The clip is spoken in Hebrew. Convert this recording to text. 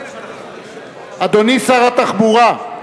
אדוני שר התחבורה.